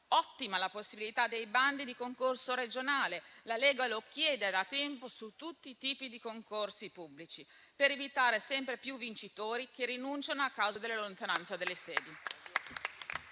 ottima la possibilità dei bandi di concorso regionali, che la Lega chiede da tempo su tutti i tipi di concorsi pubblici, per evitare sempre più vincitori che rinunciano a causa della lontananza delle sedi.